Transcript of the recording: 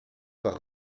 par